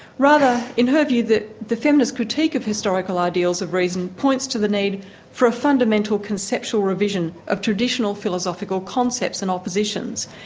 rather in her view, the the feminist critique of historical ideals of reason points to the need for a fundamental conceptual revision of traditional philosophical concepts and oppositions,